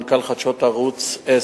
מנכ"ל חדשות ערוץ-10,